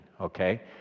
okay